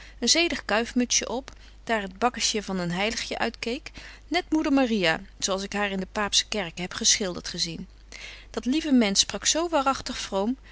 een zedig kuifmutsje op daar het bakkesje van een heiligje uitkeek net moeder maria zo als ik haar in de paapsche kerken heb geschildert gezien dat lieve mensch sprak zo waaragtig